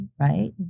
right